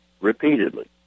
Repeatedly